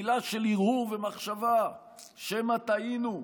מילה של הרהור ומחשבה שמא טעיתם.